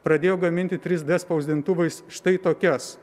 pradėjo gaminti trys d spausdintuvais štai tokias